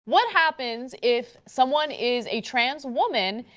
what happens if someone is a transgendered woman,